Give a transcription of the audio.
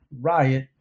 riot